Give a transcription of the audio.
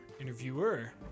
interviewer